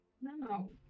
No